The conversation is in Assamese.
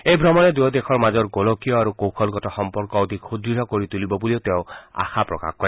এই ভ্ৰমণে দুয়ো দেশৰ মাজৰ গোলকীয় আৰু কৌশলগত সম্পৰ্ক অধিক সুদ্য় কৰি তূলিব বুলিও তেওঁ আশা প্ৰকাশ কৰে